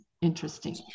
interesting